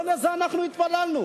לא לזה אנחנו התפללנו.